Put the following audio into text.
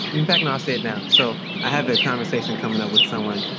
in fact, i'll say it now. so i have a conversation coming up with someone.